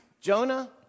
Jonah